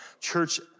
church